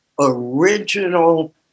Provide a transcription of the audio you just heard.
original